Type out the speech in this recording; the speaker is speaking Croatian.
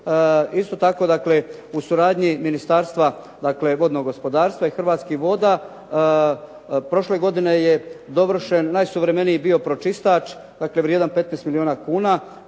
Isto tako u suradnji Ministastva dakle vodnog gospodarstva i Hrvatskih voda, prošle godine je dovršen najsuvremeniji bio pročistač dakle vrijedan 15 milijuna kuna